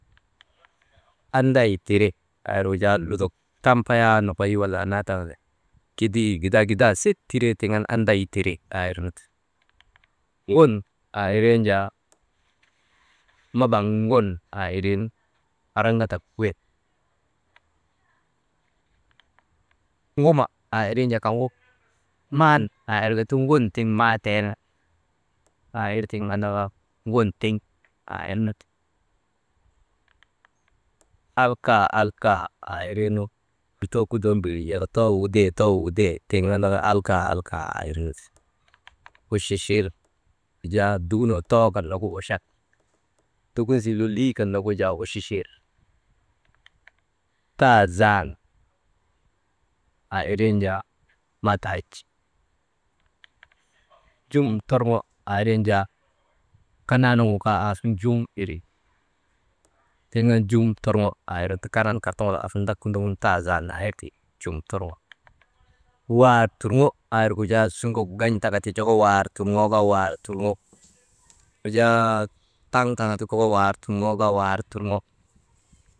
Anday tiri aa irgu jaa lutok tanfayaa nokoy wala annaa taka, kidii gidagidaa set tiree tiŋ an antay tiri aa irnu ti, ŋun aa irin jaa mabaŋ ŋun aa iriinu araŋkatak wen ŋuma aa irinu jaa kaŋgu man aa irka ti ŋun tiŋ maaten aa ir tiŋ andaka ŋun tiŋ aa irnu ti, alkaa alkaa aa irii nu lutoo kudo mbir wika too wigide, too wigide tiŋ andaka alka, aa irnu ti, uchichir jaa dokuno too kan nagu ucha, dokunsii lolii kan nagu jaa uchuchiri, taa zan aa irin jaa maa tahaji, njum torŋo aa irin jaa kanaa nuŋgu kaa aa suŋ njun iri, tiŋ an jun torŋo aa irnu ti, kartuŋulak ndogun taa zan aa irnu ti jum torŋo waar tuŋo irgu jaa suŋok gan̰ taka ti joko waar tuŋoo kaa waar turŋo, wujaa taŋ taka ti kok waar turŋoo kaa waar turŋo.